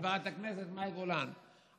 חברת הכנסת מאי גולן,